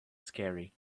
scary